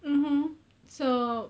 mmhmm so